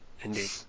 indeed